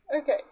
Okay